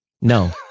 No